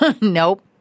nope